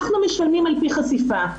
אנחנו משלמים על-פי חשיפה.